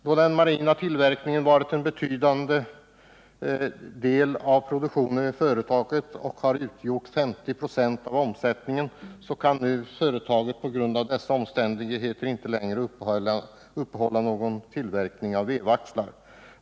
Då den marina tillverkningen utgjort en betydande del av företagets produktion och 50 96 av omsättningen, kan företaget på grund av dessa omständigheter inte längre uppehålla någon tillverkning av vevaxlar.